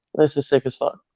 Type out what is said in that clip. this is sick as fuck.